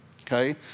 Okay